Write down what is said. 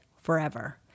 forever